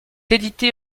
édité